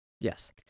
Yes